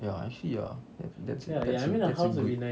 ya actually ya that that's that's that's really good